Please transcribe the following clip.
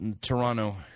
Toronto